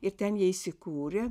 ir ten jie įsikūrė